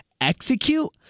Execute